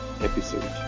episode